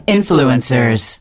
Influencers